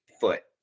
foot